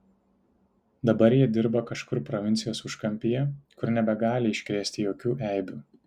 dabar jie dirba kažkur provincijos užkampyje kur nebegali iškrėsti jokių eibių